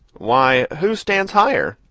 why, who stands higher?